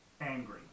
angry